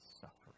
suffering